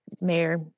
Mayor